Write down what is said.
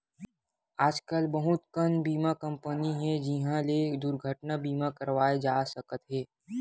आजकल बहुत कन बीमा कंपनी हे जिंहा ले दुरघटना बीमा करवाए जा सकत हे